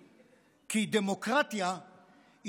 כי דמוקרטיה היא שלטון הרוב,